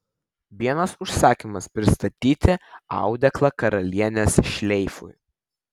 vienas užsakymas pristatyti audeklą karalienės šleifui